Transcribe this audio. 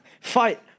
fight